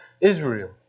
Israel